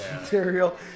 material